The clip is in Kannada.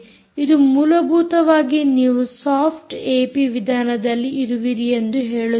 ಇದು ಮೂಲಭೂತವಾಗಿ ನೀವು ಸಾಫ್ಟ್ ಏಪಿ ವಿಧಾನದಲ್ಲಿ ಇರುವಿರಿ ಎಂದು ಹೇಳುತ್ತದೆ